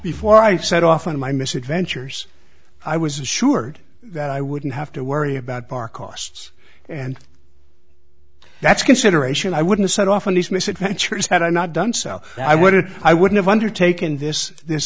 before i set off on my misadventures i was assured that i wouldn't have to worry about bar costs and that's consideration i wouldn't set off on these misadventures had i not done so i wouldn't i wouldn't have undertaken this this